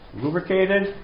lubricated